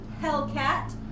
Hellcat